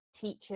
teachers